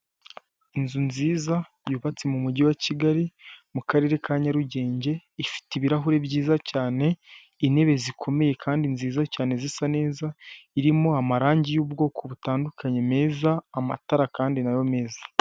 Inzu nziza yubatse mu mujyi wa Kigali mu karere ka Nyarugenge, ifite ibirahuri byiza cyane, intebe zikomeye kandi nziza cyane zisa neza, irimo amarangi y'ubwoko butandukanye meza amatara kandi nayo meza.